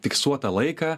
fiksuotą laiką